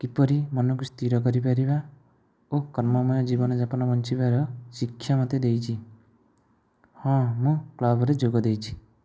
କିପରି ମନକୁ ସ୍ଥିର କରିପାରିବା ଓ କର୍ମମୟ ଜୀବନ ଜାପନ ବଞ୍ଚିବାର ଶିକ୍ଷା ମୋତେ ଦେଇଛି ହଁ ମୁଁ କ୍ଳବରେ ଯୋଗ ଦେଇଛି